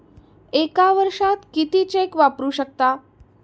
एका वर्षात किती चेक वापरू शकता?